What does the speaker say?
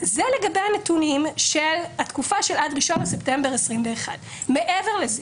זה לגבי הנתונים של התקופה של עד 01 לספטמבר 2021. מעבר לכך,